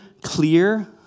clear